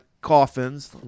coffins